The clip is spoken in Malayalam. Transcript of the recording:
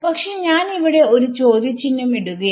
പക്ഷെ ഞാൻ ഇവിടെ ഒരു ചോദ്യചിഹ്നം ഇടുകയാണ്